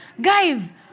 Guys